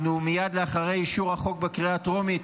מייד לאחר אישור החוק בקריאה הטרומית,